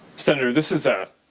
senator, this is a